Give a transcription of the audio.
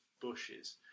bushes